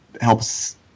helps